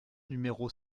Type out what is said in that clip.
numéro